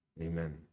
Amen